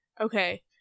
Okay